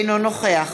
אינו נוכח